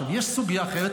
יש סוגיה אחרת,